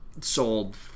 sold